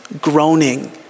groaning